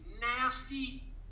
nasty